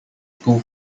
school